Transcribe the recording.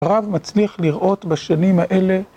הרב מצליח לראות בשנים האלה